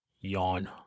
Yawn